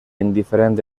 indiferent